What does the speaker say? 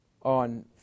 on